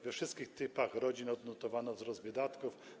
We wszystkich typach rodzin odnotowano wzrost tych wydatków.